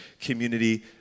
community